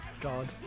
God